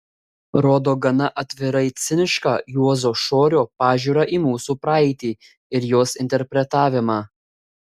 rodo gana atvirai cinišką juozo šorio pažiūrą į mūsų praeitį ir jos interpretavimą